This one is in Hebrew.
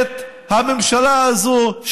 הממשלה הזו,